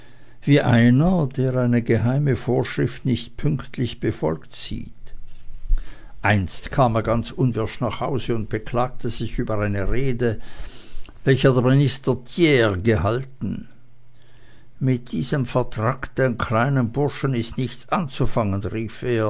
wie einer der eine geheime vorschrift nicht pünktlich befolgt sieht einst kam er ganz unwirsch nach hause und beklagte sich über eine rede welche der minister thiers gehalten mit diesem vertrackten kleinen burschen ist nichts anzufangen rief er